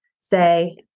Say